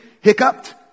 hiccuped